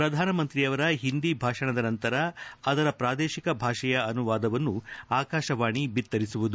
ಪ್ರಧಾನಮಂತ್ರಿಯವರ ಹಿಂದಿ ಭಾಷಣದ ನಂತರ ಅದರ ಪ್ರಾದೇಶಿಕ ಭಾಷೆಯ ಅನುವಾದವನ್ನು ಆಕಾಶವಾಣಿ ಬಿತ್ತರಿಸುವುದು